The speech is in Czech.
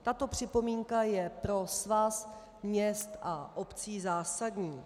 Tato připomínka je pro Svaz měst a obcí zásadní.